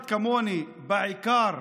אחד כמוני, בעיקר